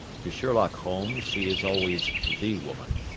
to sherlock holmes she is always the woman.